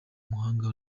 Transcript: umuhanga